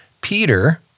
Peter